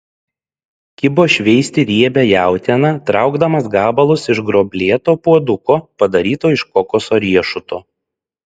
kibo šveisti riebią jautieną traukdamas gabalus iš gruoblėto puoduko padaryto iš kokoso riešuto